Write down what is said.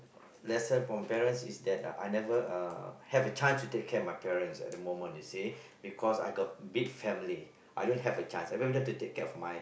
lesson from parents is that I never uh have the chance to take care of my parents at the moment you see because I got big family I don't have a chance even if to take care of my